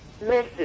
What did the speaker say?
message